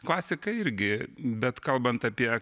klasika irgi bet kalbant apie